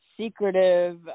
Secretive